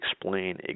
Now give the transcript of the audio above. explain